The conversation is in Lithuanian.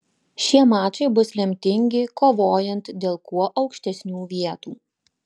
šie mačai bus lemtingi kovojant dėl kuo aukštesnių vietų